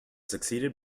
succeeded